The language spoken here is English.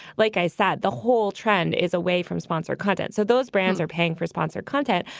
like i said, the whole trend is away from sponsor content. so those brands are paying for sponsor content.